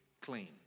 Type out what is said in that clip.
clean